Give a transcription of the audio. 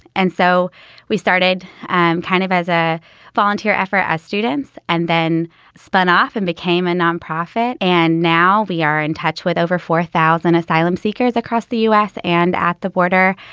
and so we started kind of as a volunteer effort as students and then spun off and became a nonprofit. and now we are in touch with over four thousand asylum seekers across the u s. and at the border.